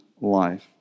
life